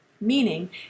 Meaning